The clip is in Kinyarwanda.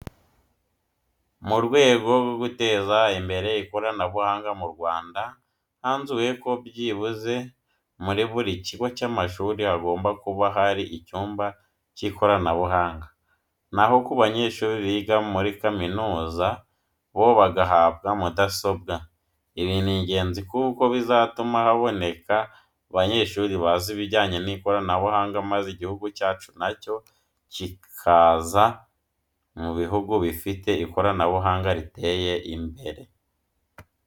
Mu rwego rwo guteza imbere ikoranabuhanga mu Rwanda hanzuwe ko byibuze muri buri kigo cy'amashuri hagomba buka hari icyumba k'ikoranabuhanga. Na ho ku banyeshuri biga muri kaminuza bo bagahabwa mudasobwa. Ibi ni ingenzi kuko bizatuma haboneka abanyeshuri bazi ibijyanye n'ikoranabuhanga maze igihugu cyacu na cyo kikaza mu buhugu bifite ikoranabuhanga riteye imbere.